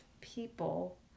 people